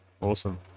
awesome